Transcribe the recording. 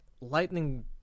lightning